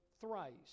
thrice